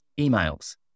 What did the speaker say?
emails